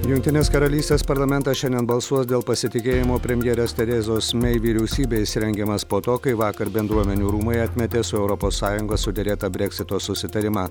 jungtinės karalystės parlamentas šiandien balsuos dėl pasitikėjimo premjerės terezos mei vyriausybe jis rengiamas po to kai vakar bendruomenių rūmai atmetė su europos sąjunga suderėtą breksito susitarimą